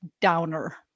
downer